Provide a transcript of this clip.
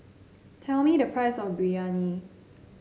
tell me the price of Biryani